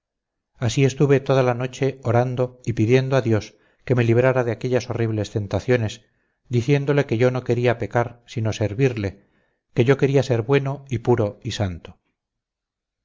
así estuve toda la noche orando y pidiendo a dios que me librara de aquellas horribles tentaciones diciéndole que yo no quería pecar sino servirle que yo quería ser bueno y puro y santo